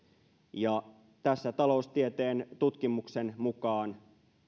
tässä taloustieteen tutkimuksen mukaan